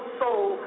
soul